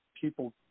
people